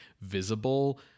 visible